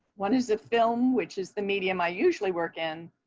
one is the film, which is the medium i usually work in.